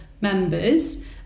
members